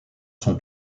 sont